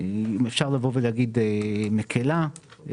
אפשר להגיד שמקלה,